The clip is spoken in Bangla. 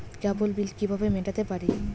কেবল বিল কিভাবে মেটাতে পারি?